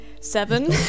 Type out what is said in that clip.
Seven